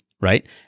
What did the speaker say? right